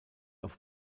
auf